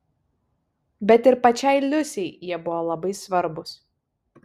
bet ir pačiai liusei jie buvo labai svarbūs